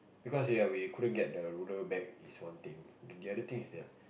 because ya we couldn't get the ruler back is one thing the other thing is that